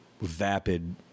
vapid